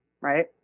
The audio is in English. right